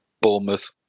Bournemouth